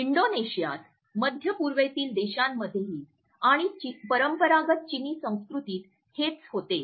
इंडोनेशियात मध्य पूर्वातील देशांमध्येही आणि परंपरागत चिनी संस्कृतीत हेच होते